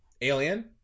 Alien